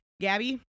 Gabby